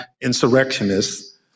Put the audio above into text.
insurrectionists